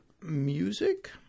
music